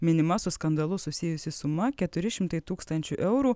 minima su skandalu susijusi suma keturi šimtai tūkstančių eurų